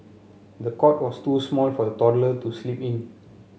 the cot was too small for the toddler to sleep in